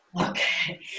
Okay